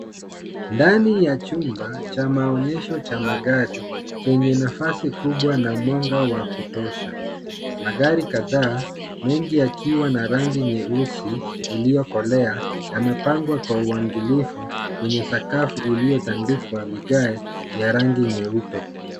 Ndani ya chumba cha maonyesho cha magari, chenye nafasi kubwa na mwanga wa kutosha. Magari kadhaa, mengi yakiwa na rangi nyeusi, iliokolea, yamepangwa kwa uangalifu, kwenye sakafu iliotandikwa vigae vya rangi nyeupe.